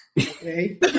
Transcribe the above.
okay